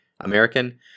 American